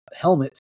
Helmet